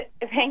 Thank